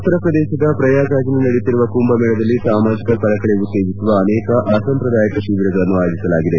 ಉತ್ತರ ಪ್ರದೇಶದ ಪ್ರಯಾಗ್ರಾಜ್ನಲ್ಲಿ ನಡೆಯುತ್ತಿರುವ ಕುಂಭಮೇಳದಲ್ಲಿ ಸಾಮಾಜಕ ಕಳಕಳಿ ಉತ್ತೇಜಿಸುವ ಅನೇಕ ಅಸಂಪ್ರದಾಯಿಕ ಶಿಬಿರಗಳನ್ನು ಆಯೋಜಿಸಲಾಗಿದೆ